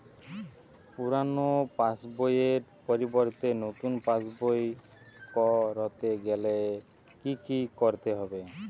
পুরানো পাশবইয়ের পরিবর্তে নতুন পাশবই ক রতে গেলে কি কি করতে হবে?